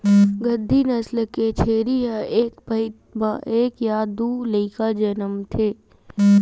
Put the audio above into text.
गद्दी नसल के छेरी ह एक पइत म एक य दू लइका जनमथे